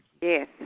Yes